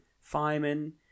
fireman